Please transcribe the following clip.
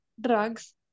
drugs